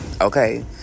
Okay